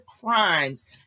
crimes